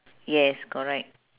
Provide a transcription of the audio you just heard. yes correct